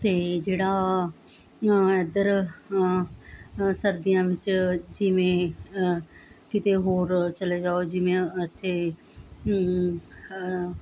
ਅਤੇ ਜਿਹੜਾ ਇੱਧਰ ਸਰਦੀਆਂ ਵਿੱਚ ਜਿਵੇਂ ਕਿਤੇ ਹੋਰ ਚਲੇ ਜਾਓ ਜਿਵੇਂ ਅ ਇੱਥੇ